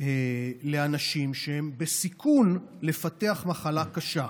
לאנשים שהם בסיכון לפתח מחלה קשה.